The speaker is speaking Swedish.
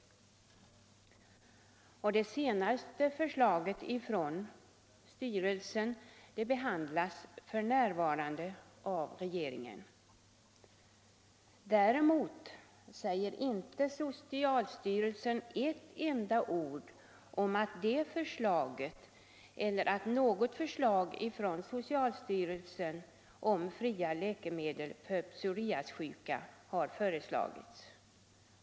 Det senaste förslaget från socialstyrelsen behandlas f.n. av regeringen. Däremot säger socialstyrelsen inte ett enda ord om något förslag från styrelsen om fria läkemedel för psoriasissjuka.